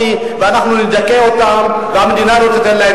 תודה רבה.